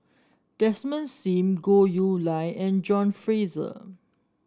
Desmond Sim Goh Chiew Lye and John Fraser